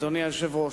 אדוני היושב-ראש,